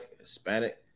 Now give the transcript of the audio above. Hispanic